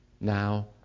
now